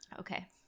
Okay